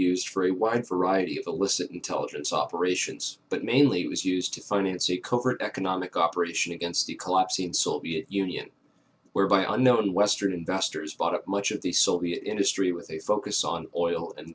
used for a wide variety of the licit intelligence operations but mainly was used to finance a covert economic operation against the collapsing soviet union where by unknown western investors bought up much of the soviet industry with a focus on oil and